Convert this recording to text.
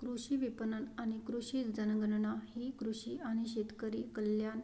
कृषी विपणन आणि कृषी जनगणना ही कृषी आणि शेतकरी कल्याण